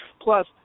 Plus